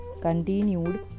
continued